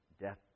Death